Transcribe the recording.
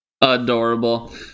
adorable